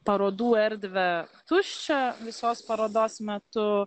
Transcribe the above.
parodų erdvę tuščią visos parodos metu